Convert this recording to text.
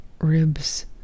ribs